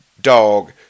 dog